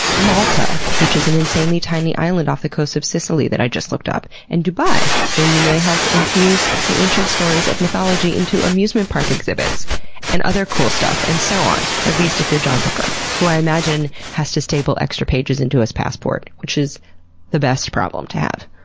malta which is an insanely tiny island off the coast of sicily, that i just looked up, and dubai where you may help infuse the ancient stories of mythology into amusement parks exhibits and other cool stuff, and so on. at least, if you're john bucher, who i imagine had to staple extra pages into his passport, which is the best problem to have.